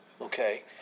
Okay